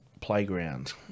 playground